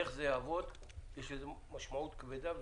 איך זה יעבוד, יש לזה משמעות כבדה וקשה.